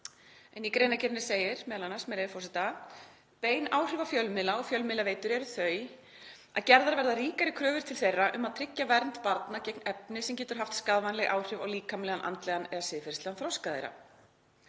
Í greinargerðinni segir m.a., með leyfi forseta: „Bein áhrif á fjölmiðla og fjölmiðlaveitur eru þau að gerðar verða ríkari kröfur til þeirra um að tryggja vernd barna gegn efni sem getur haft skaðvænleg áhrif á líkamlegan, andlegan eða siðferðislegan þroska þeirra.“